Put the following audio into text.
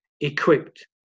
equipped